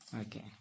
Okay